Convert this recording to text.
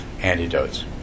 antidotes